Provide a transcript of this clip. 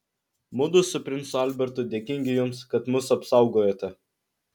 mudu su princu albertu dėkingi jums kad mus apsaugojote